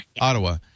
Ottawa